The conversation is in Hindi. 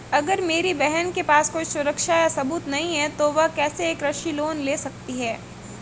अगर मेरी बहन के पास कोई सुरक्षा या सबूत नहीं है, तो वह कैसे एक कृषि लोन ले सकती है?